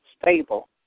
stable